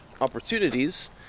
opportunities